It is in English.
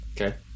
Okay